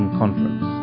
conference